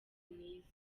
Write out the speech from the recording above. mwiza